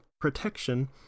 protection